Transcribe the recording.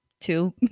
Two